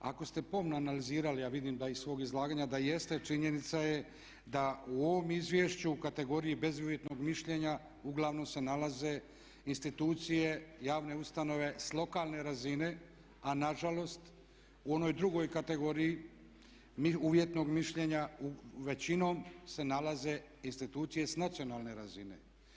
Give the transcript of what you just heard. Ako ste pomno analizirali, a vidim da iz svog izlaganja da jeste, činjenica je da u ovom izvješću u kategoriji bezuvjetnog mišljenja uglavnom se nalaze institucije, javne ustanove s lokalne razine, a nažalost u onoj drugoj kategoriji mi uvjetnog mišljenja, većinom se nalaze institucije s nacionalne razine.